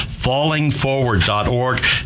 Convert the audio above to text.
FallingForward.org